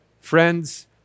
friends